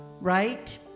Right